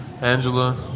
Angela